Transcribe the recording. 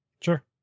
Sure